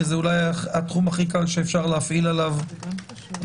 כי זה אולי התחום הכי קל שאפשר להפעיל עליו פרויקט,